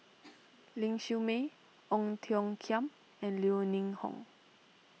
Ling Siew May Ong Tiong Khiam and Yeo Ning Hong